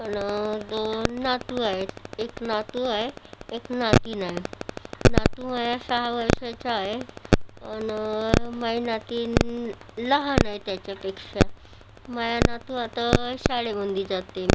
आणि दोन नातू आहेत एक नातू आहे एक नात आहे नातू माझा सहा वर्षाचा आहे आणि माझी नात लहान आहे त्याच्यापेक्षा माझा नातू आता शाळेमध्ये जाते